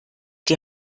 die